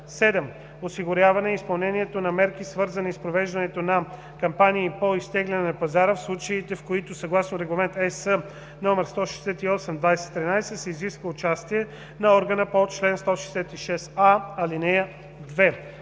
7. осигуряване изпълнението на мерки, свързани с провеждането на кампании по изтегляне от пазара, в случаите, в които съгласно Регламент (ЕС) № 168/2013 се изисква участие на органа по чл. 166а, ал. 2;